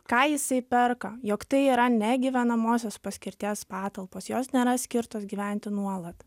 ką jisai perka jog tai yra negyvenamosios paskirties patalpos jos nėra skirtos gyventi nuolat